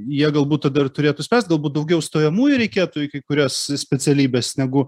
jie galbūt tada ir turėtų spręs galbūt daugiau stojamųjų reikėtų į kai kurias specialybes negu